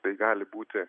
tai gali būti